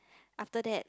after that